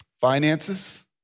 finances